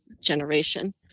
generation